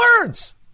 words